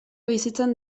bizitzan